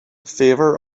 favor